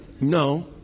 no